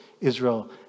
Israel